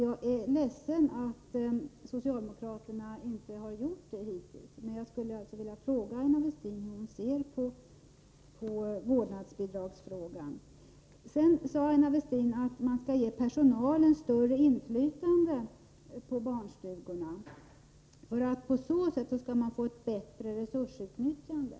Jag är ledsen att socialdemokraterna hittills inte har gjort det. Men jag skulle vilja fråga Aina Westin hur hon ser på spörsmålet om vårdnadsbidrag. Vidare sade Aina Westin att man skall ge personalen större inflytande på barnstugorna för att på så sätt få till stånd ett bättre resursutnyttjande.